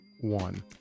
one